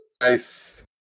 nice